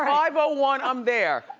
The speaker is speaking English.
five ah one, i'm there,